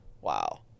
Wow